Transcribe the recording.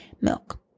milk